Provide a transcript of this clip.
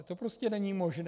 To prostě není možné.